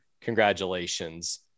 congratulations